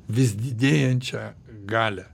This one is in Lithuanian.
vis didėjančią galią